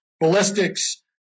ballistics